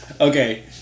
Okay